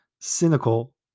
cynical